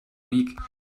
week